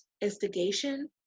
instigation